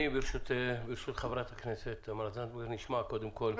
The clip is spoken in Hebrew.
ברשות חברת הכנסת תמר זנדברג נשמע קודם כול אורח.